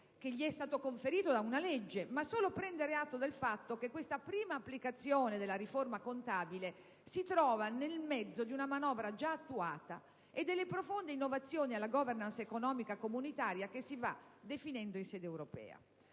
(che gli è stato conferito da una legge), ma solo come un voler prendere atto del fatto che questa prima applicazione della riforma contabile si trova nel mezzo di una manovra già attuata e delle profonde innovazioni alla *governance* economica comunitaria che si vanno definendo in sede europea.